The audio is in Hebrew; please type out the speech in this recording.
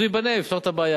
אז הוא ייבנה, נפתור את הבעיה.